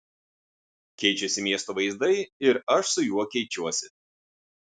keičiasi miesto vaizdai ir aš su juo keičiuosi